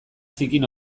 zikin